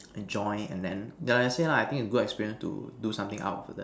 enjoy and then like I say lah I think is a good experience to do something out for that